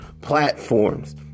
platforms